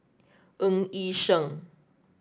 Ng Yi Sheng